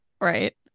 Right